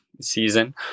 season